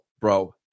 bro